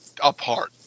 apart